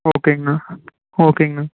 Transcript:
ஓகேங்கண்ணா ஓகேங்கண்ணா